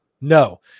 No